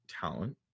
talent